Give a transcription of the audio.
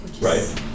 right